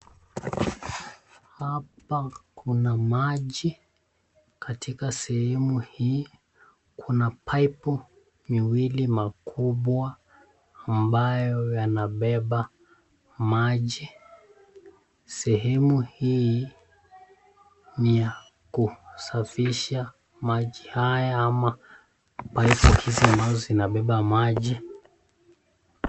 Hapa kuna maji katika sehemu hii kuna paipu miwili makubwa ambayo yanabeba maji . Sehemu hii ni ya kusafisha maji hawa ama paipu hizi ambazo zinabeba maji.